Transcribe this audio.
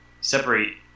separate